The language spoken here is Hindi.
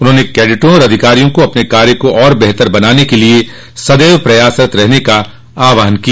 उन्होंने कैडिटों और अधिकारियों को अपने कार्य को और बेहतर बनाने के लिए सदैव प्रयासरत रहने का आहवान किया